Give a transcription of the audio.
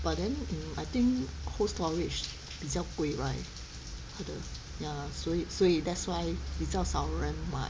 but then mm I think Cold Storage 比较贵 right 它的 ya 所以所以 that's why 比较少人买